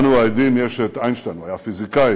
לנו היהודים יש איינשטיין, הוא היה פיזיקאי,